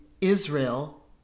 Israel